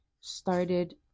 started